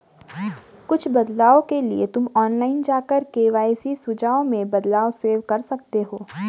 कुछ बदलाव के लिए तुम ऑनलाइन जाकर के.वाई.सी सुझाव में बदलाव सेव कर सकते हो